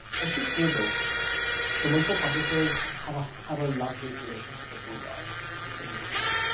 i should say though commercial publishers have have a love hate relationship with oer yeah oer which is sort of interesting.